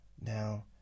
now